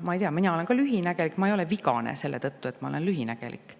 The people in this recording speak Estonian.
Ma ei tea, mina olen ka lühinägelik, aga ma ei ole vigane selle tõttu, et ma olen lühinägelik.